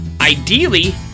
Ideally